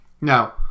now